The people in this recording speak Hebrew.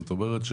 זאת אומרת,